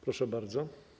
Proszę bardzo.